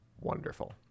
wonderful